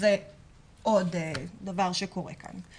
זה עוד דבר שקורה כאן.